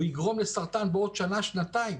ויגרום לסרטן בעוד שנה-שנתיים?